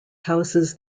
houses